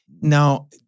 Now